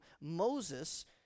Moses